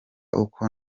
uko